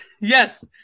yes